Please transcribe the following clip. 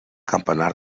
campanar